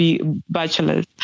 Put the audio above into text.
bachelor's